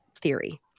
theory